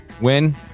Win